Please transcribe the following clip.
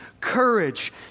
courage